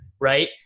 right